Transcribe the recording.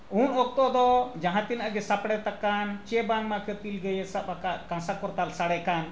ᱩᱱ ᱚᱠᱛᱚ ᱫᱚ ᱡᱟᱦᱟᱸ ᱛᱤᱱᱟᱹᱜ ᱜᱮ ᱥᱟᱯᱲᱮᱫ ᱟᱠᱟᱱ ᱥᱮ ᱵᱟᱝᱢᱟ ᱠᱟᱹᱯᱤᱞ ᱜᱟᱹᱭᱮ ᱥᱟᱵ ᱟᱠᱟᱫ ᱠᱟᱸᱥᱟ ᱠᱚᱨᱛᱟᱞ ᱥᱟᱰᱮ ᱠᱟᱱ